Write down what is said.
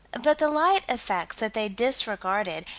but the light-effects that they disregarded,